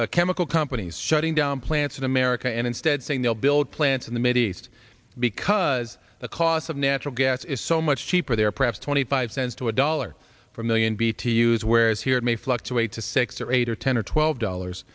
our chemical companies shutting down plants in america and instead saying they'll build plants in the mideast because the cost of natural gas is so much cheaper there perhaps twenty five cents to a dollar for million b t u s whereas here it may fluctuate to six or eight or ten or twelve dollars